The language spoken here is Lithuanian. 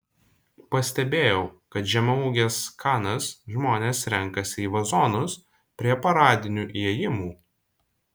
pastebėjau kad žemaūges kanas žmonės renkasi į vazonus prie paradinių įėjimų